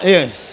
Yes